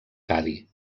cadi